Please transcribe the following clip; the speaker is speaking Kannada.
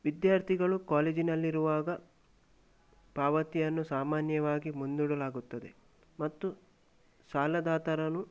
ವಿದ್ಯಾರ್ಥಿಗಳು ಕಾಲೇಜಿನಲ್ಲಿರುವಾಗ ಪಾವತಿಯನ್ನು ಸಾಮಾನ್ಯವಾಗಿ ಮುಂದೂಡಲಾಗುತ್ತದೆ ಮತ್ತು ಸಾಲದಾತರನ್ನು